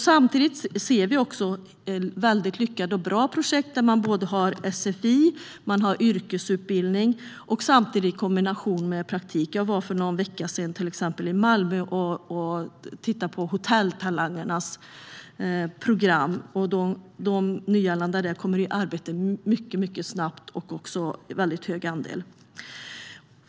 Samtidigt ser vi lyckade och bra projekt där man har sfi och yrkesutbildning i kombination med praktik. För någon vecka sedan var jag i Malmö och tittade på Hotelltalangernas program. En stor andel av de nyanlända där kommer i arbete mycket snabbt.